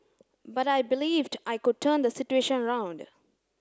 but I believed I could turn the situation around